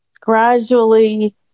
gradually